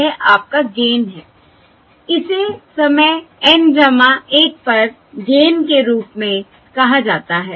यह आपका गेन है इसे समय N 1 पर गेन के रूप में कहा जाता है